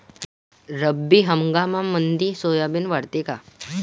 रब्बी हंगामामंदी सोयाबीन वाढते काय?